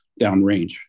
downrange